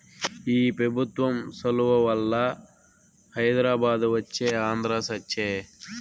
ఈ పెబుత్వం సలవవల్ల హైదరాబాదు వచ్చే ఆంధ్ర సచ్చె